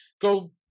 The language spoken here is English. go